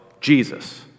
Jesus